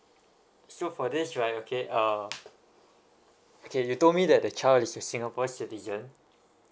so for this right okay err okay you told me that the child is a singapore citizen